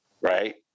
right